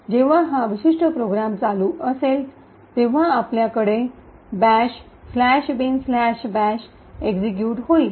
जेव्हा हा विशिष्ट प्रोग्राम चालू असेल तेव्हा आपल्याकडे बॅश " bin bash" एक्सिक्यूट होईल